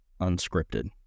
unscripted